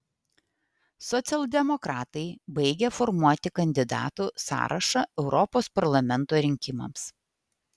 socialdemokratai baigė formuoti kandidatų sąrašą europos parlamento rinkimams